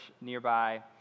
nearby